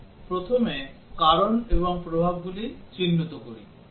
আসুন প্রথমে কারণ এবং প্রভাবগুলি চিহ্নিত করি